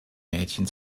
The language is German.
mädchen